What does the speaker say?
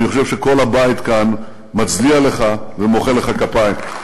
אני חושב שכל הבית כאן מצדיע לך ומוחא לך כפיים.